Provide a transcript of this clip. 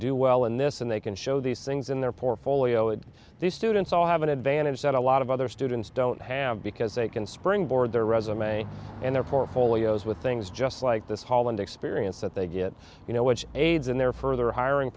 do well in this and they can show these things in their portfolio these students all have an advantage that a lot of other students don't have because they can springboard their resume and their portfolios with things just like this holland experience that they get you know which aids in their further hiring